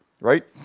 right